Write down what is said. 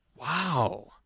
Wow